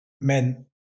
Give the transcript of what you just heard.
men